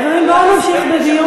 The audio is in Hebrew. חברים, בואו נמשיך בדיון.